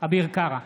אביר קארה,